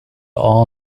all